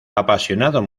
apasionado